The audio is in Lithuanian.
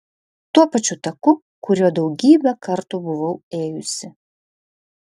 tuo pačiu taku kuriuo daugybę kartų buvau ėjusi